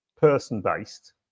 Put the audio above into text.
person-based